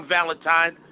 Valentine